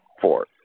four